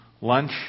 lunch